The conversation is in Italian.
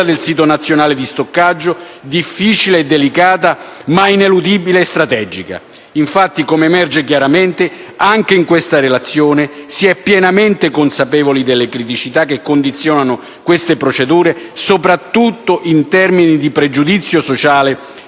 del sito nazionale di stoccaggio, difficile e delicata, ma ineludibile e strategica. Infatti, come emerge chiaramente anche in questa relazione, si è pienamente consapevoli delle criticità che condizioneranno questa procedura, soprattutto in termini di pregiudizio sociale